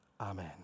Amen